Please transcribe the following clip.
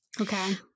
Okay